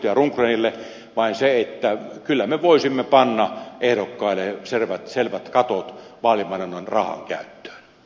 edustaja rundgrenille vain se että kyllä me voisimme panna ehdokkaille selvät katot vaalimainonnan rahankäyttöön